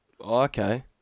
Okay